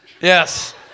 Yes